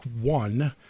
One